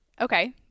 Okay